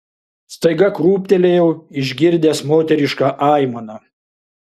staiga krūptelėjau išgirdęs moterišką aimaną